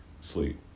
sleep